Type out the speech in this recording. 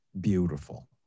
beautiful